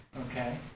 Okay